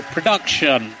Production